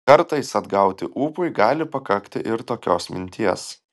kartais atgauti ūpui gali pakakti ir tokios minties